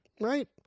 right